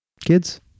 Kids